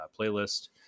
playlist